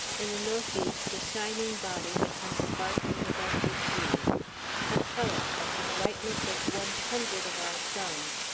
in the north east a shining body had come sparkling above the trees capella of the brightness of one hundred of our suns,